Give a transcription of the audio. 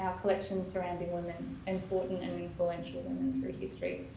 um collection surrounding women, important and influential women through history.